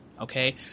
Okay